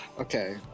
Okay